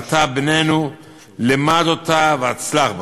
ואתה, בננו, למד אותה והצלח בה,